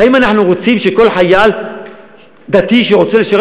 האם אנחנו רוצים שכל חייל דתי שרוצה לשרת